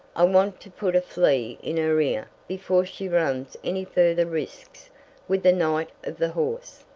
i want to put flea in her ear before she runs any further risks with the knight of the horse.